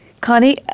Connie